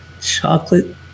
chocolate